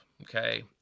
okay